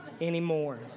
anymore